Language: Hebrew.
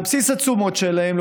על בסיס התשומות שלהם,